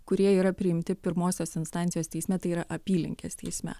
kurie yra priimti pirmosios instancijos teisme tai yra apylinkės teisme